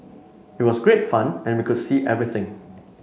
it was great fun and we could see everything